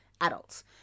adults